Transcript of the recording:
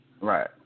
Right